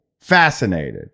Fascinated